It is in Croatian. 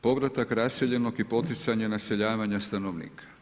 Povratak raseljenog i poticanje naseljavanja stanovnika.